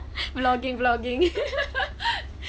vlogging vlogging